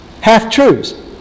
Half-truths